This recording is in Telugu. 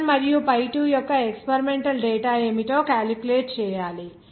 pi 1 మరియు pi 2 యొక్క ఎక్స్పెరిమెంటల్ డేటా ఏమిటో కాలిక్యులేట్ చేయాలి